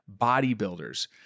bodybuilders